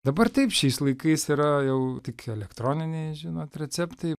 dabar taip šiais laikais yra jau tik elektroniniai žinot receptai